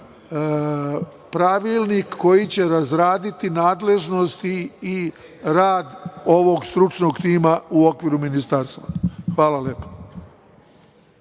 pravilnik koji će da razraditi nadležnosti i rad ovog stručnog tima u okviru ministarstva. Hvala lepo.